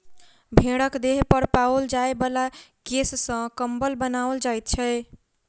भेंड़क देह पर पाओल जाय बला केश सॅ कम्बल बनाओल जाइत छै